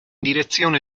direzione